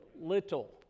little